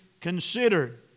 considered